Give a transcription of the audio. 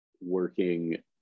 working